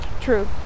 True